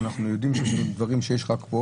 אנחנו יודעים שיש דברים שהם רק פה,